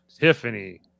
Tiffany